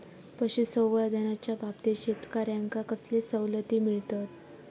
पशुसंवर्धनाच्याबाबतीत शेतकऱ्यांका कसले सवलती मिळतत?